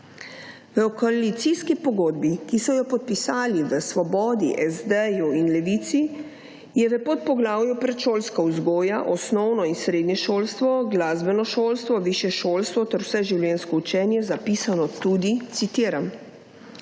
V koalicijski pogodbi, ki so jo podpisali v Svobodi, SD in Levici, je v podpoglavju predšolska vzgoja osnovno in srednje šolstvo, glasbeno šolstvo, višje šolstvo ter vse življenjsko učenje zapisano tudi, citiram: